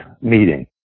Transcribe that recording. meeting